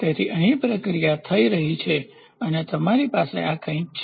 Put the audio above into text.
તેથી અહીં પ્રક્રિયા થઈ રહી છે અને તમારી પાસે આ કંઈક છે